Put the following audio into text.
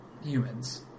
humans